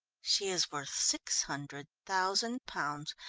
she is worth six hundred thousand pounds,